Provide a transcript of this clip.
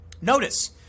Notice